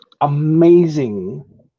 amazing